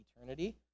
eternity